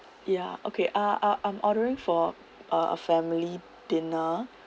ya okay uh uh I'm ordering for a a family dinner